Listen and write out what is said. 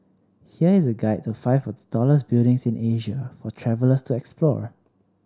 here is a guide to five of the tallest buildings in Asia for travellers to explore